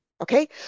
Okay